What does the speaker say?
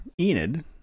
Enid